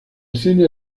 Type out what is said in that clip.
escena